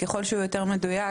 ככל שהוא יותר מדויק,